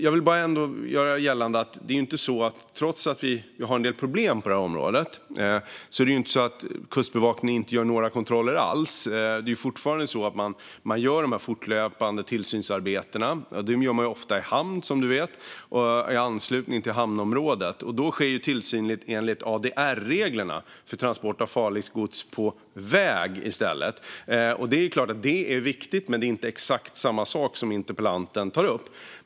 Trots att vi har en del problem på detta område vill jag göra gällande att det inte är så att Kustbevakningen inte gör några kontroller alls. Det är fortfarande så att man gör de fortlöpande tillsynsarbetena. De görs ofta i hamn, som interpellanten vet, och i anslutning till hamnområdet. Då sker tillsynen enligt ADR-reglerna för transport av farligt gods på väg i stället. Det är klart att det också är viktigt, men det är inte exakt samma sak som interpellanten tar upp.